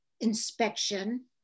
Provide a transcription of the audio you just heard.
inspection